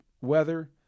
weather